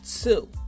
two